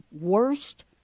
worst